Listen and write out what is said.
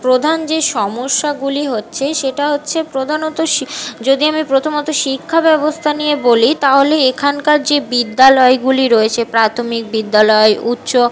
প্রধান যে সমস্যাগুলি হচ্ছে সেটা হচ্ছে প্রধানত যদি আমি প্রথমত শিক্ষা ব্যবস্থা নিয়ে বলি তা হলে এখানকার যে বিদ্যালয়গুলি রয়েছে প্রাথমিক বিদ্যালয় উচ্চ